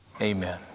Amen